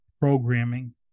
programming